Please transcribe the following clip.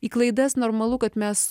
į klaidas normalu kad mes